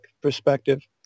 perspective